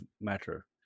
matter